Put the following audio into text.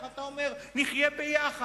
איך אתה אומר, נחיה ביחד.